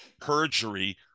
perjury